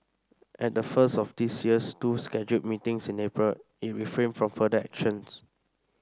at the first of this year's two scheduled meetings in April it refrained from further actions